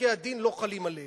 פסקי-הדין לא חלים עליהם.